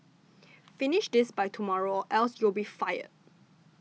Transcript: finish this by tomorrow else you'll be fired